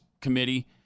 committee